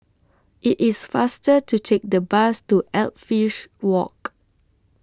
IT IS faster to Take The Bus to Edgefield Walk